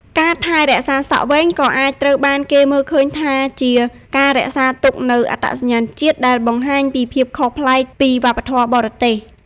ការថែរក្សាសក់វែងក៏អាចត្រូវបានគេមើលឃើញថាជា ការរក្សាទុកនូវអត្តសញ្ញាណជាតិ ដែលបង្ហាញពីភាពខុសប្លែកពីវប្បធម៌បរទេស។